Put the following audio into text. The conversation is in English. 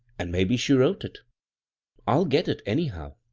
and maybe she wrote it i'll get it, anyhow.